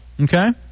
okay